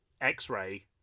X-ray